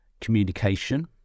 communication